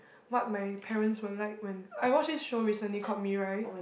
what my parents will like when I watch this show recently caught me right